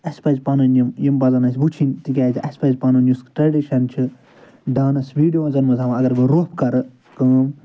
اَسہِ پَزِ پَنٕنۍ یِم یِم پَزَن اَسہِ وٕچھِنۍ تِکیٛازِ اَسہِ پَزِ پَنُن یُس ٹرٛٮ۪ڈِشَن چھِ ڈانٕس ویٖڈِیوزَن منٛز ہاوان اَگر بہٕ روٚف کَرٕ کٲم